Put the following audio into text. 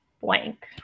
blank